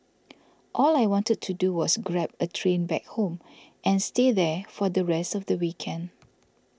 all I wanted to do was grab a train back home and stay there for the rest of the weekend